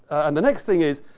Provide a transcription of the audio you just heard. and the next thing is